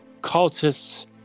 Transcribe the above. cultists